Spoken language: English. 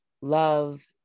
love